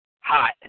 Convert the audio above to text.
hot